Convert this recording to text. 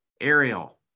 Ariel